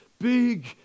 big